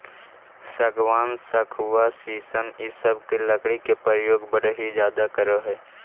सागवान, सखुआ शीशम इ सब के लकड़ी के प्रयोग बढ़ई ज्यादा करऽ हई